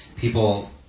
people